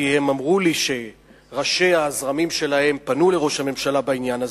כי הם אמרו לי שראשי הזרמים שלהם פנו אל ראש הממשלה בעניין הזה,